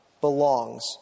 belongs